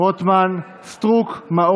שמחה רוטמן,